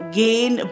gain